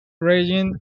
region